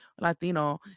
Latino